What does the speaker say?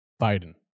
Biden